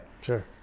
Sure